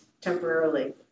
temporarily